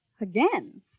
Again